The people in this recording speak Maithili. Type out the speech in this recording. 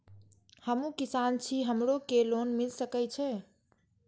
हमू किसान छी हमरो के लोन मिल सके छे?